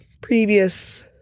previous